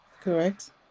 Correct